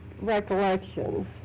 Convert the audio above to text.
recollections